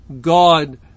God